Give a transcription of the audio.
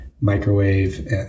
microwave